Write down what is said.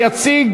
יציג